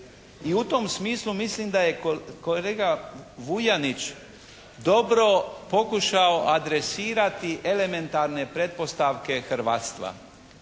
i u tom smislu mislim da je kolega Vuljanić dobro pokušao adresirati elementarne pretpostavke hrvatstva